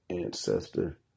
ancestor